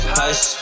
hush